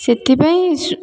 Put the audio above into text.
ସେଥିପାଇଁ